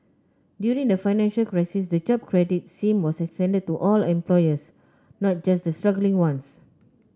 during the financial crisis the Jobs Credit scheme was extended to all employers not just the struggling ones